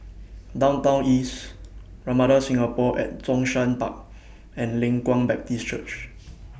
Downtown East Ramada Singapore At Zhongshan Park and Leng Kwang Baptist Church